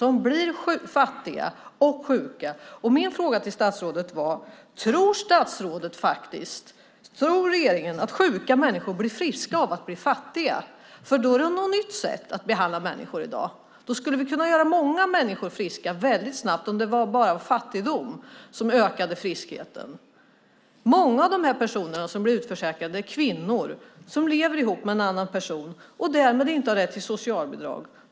De blir fattiga och sjuka. Min fråga till statsrådet var: Tror statsrådet och regeringen faktiskt att sjuka människor blir friska av att bli fattiga? Då är det ett nytt sätt att behandla människor i dag. Då skulle vi kunna göra många människor friska väldigt snabbt om det bara var fattigdom som ökade friskheten. Många av de personer som blir utförsäkrade är kvinnor som lever ihop med en annan person och därmed inte har rätt till socialbidrag.